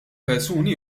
persuni